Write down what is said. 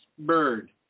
Bird